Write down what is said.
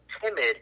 timid